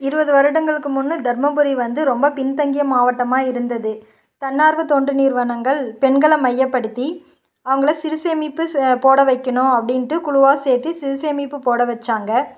இருபது வருடங்களுக்கு முன்னர் தர்மபுரி வந்து ரொம்ப பின்தங்கிய மாவட்டமாக இருந்தது தன்னார்வத் தொண்டு நிறுவனங்கள் பெண்களை மையப்படுத்தி அவங்கள சிறுசேமிப்பு ச போட வைக்கணும் அப்படின்ட்டு குழுவாக சேர்த்து சிறுசேமிப்பு போட வச்சாங்க